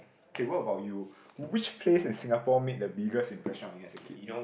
okay what about you which place in Singapore made the biggest impression on you as a kid